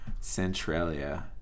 Centralia